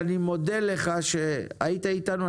אני מודה לך יורי שהיית אתנו.